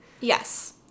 Yes